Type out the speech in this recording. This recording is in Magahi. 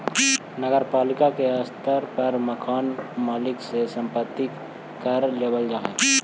नगर पालिका के स्तर पर मकान मालिक से संपत्ति कर लेबल जा हई